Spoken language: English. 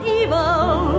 evil